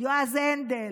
יועז הנדל,